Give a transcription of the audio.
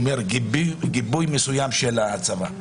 גיבוי מסוים של הצבא,